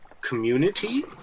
community